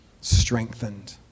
strengthened